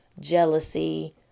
jealousy